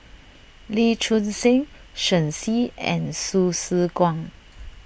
Lee Choon Seng Shen Xi and Hsu Tse Kwang